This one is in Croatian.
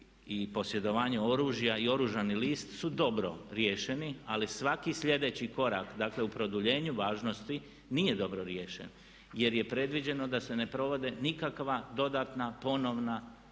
i posjedovanje oružja i oružani list su dobro riješeni ali svaki slijedeći korak dakle u produljenju važnosti nije dobro riješen jer je predviđeno da se ne provode nikakva dodatna, ponovna